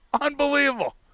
unbelievable